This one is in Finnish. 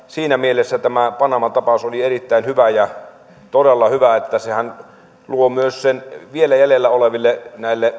siinä mielessä tämä panama tapaus oli erittäin hyvä todella hyvä että sehän luo myös näille vielä jäljellä oleville